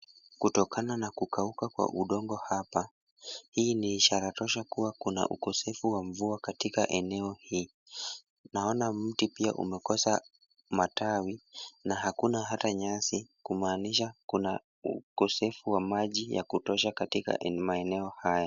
Kutokana na kukauka kwa udongo hapa, hii ni ishara tosha kuwa kuna ukosefu wa mvua katika eneo hii. Naona mti pia umekosa matawi na hakuna hata nyasi kumaanisha kuna ukosefu wa maji ya kutosha katika maeneo haya.